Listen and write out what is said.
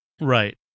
Right